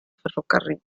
ferrocarril